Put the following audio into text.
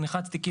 נלחצתי,